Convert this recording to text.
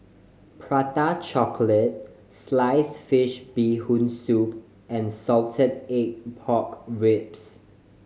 Prata Chocolate slice fish Bee Hoon Soup and salted egg pork ribs